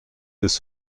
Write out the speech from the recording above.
des